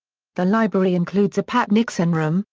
the library includes a pat nixon room,